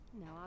No